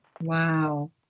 wow